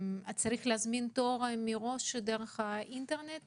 צריך להזמין תור דרך האינטרנט